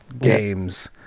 games